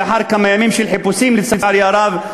לאחר כמה ימים של חיפושים, לצערי הרב,